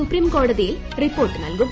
സുപ്രീംകോടതിയിൽ റിപ്പോർട്ട് നൽകും